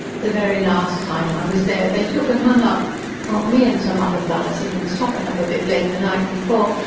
the very last time i was there, they took and hung up. me and some other fellers had been stoppin' up a bit late the night before,